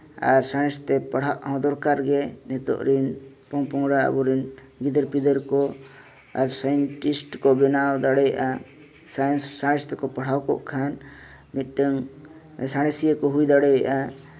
ᱟᱨ ᱥᱟᱬᱮᱥ ᱛᱮ ᱯᱟᱲᱦᱟᱜ ᱦᱚᱸ ᱫᱚᱨᱠᱟᱨ ᱜᱮ ᱱᱤᱛᱚᱜ ᱨᱮᱱ ᱯᱚᱝ ᱯᱚᱝᱲᱟ ᱟᱵᱚ ᱨᱮᱱ ᱜᱤᱫᱟᱹᱨ ᱯᱤᱫᱟᱹᱨ ᱠᱚ ᱟᱨ ᱥᱟᱭᱮᱱᱴᱤᱥᱴ ᱠᱚ ᱵᱮᱱᱟᱣ ᱫᱟᱲᱮᱭᱟᱜᱼᱟ ᱥᱟᱭᱮᱱᱥ ᱥᱟᱭᱮᱱᱥ ᱛᱮᱠᱚ ᱯᱟᱲᱦᱟᱣ ᱠᱚᱜ ᱠᱷᱟᱱ ᱢᱤᱫᱴᱟᱹᱱ ᱥᱟᱬᱮᱥᱤᱭᱟᱹ ᱠᱚ ᱦᱩᱭ ᱫᱟᱲᱮᱭᱟᱜᱼᱟ